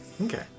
Okay